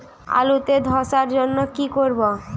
আলুতে ধসার জন্য কি করব?